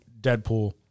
Deadpool